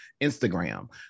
Instagram